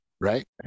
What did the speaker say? right